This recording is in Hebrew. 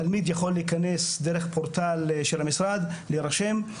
תלמיד יכול להיכנס דרך פורטל של המשרד, להירשם.